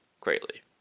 greatly